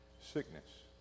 sickness